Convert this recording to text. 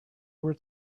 were